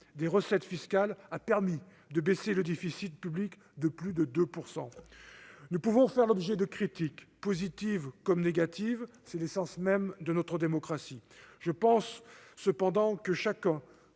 des recettes fiscales a permis une baisse du déficit public de plus de 2 %. Nous pouvons faire l'objet de critiques, positives comme négatives, c'est l'essence même de notre démocratie ; chacun